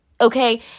Okay